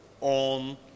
on